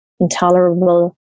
intolerable